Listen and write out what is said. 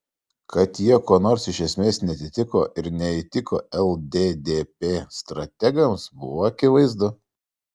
kad jie kuo nors iš esmės neatitiko ir neįtiko lddp strategams buvo akivaizdu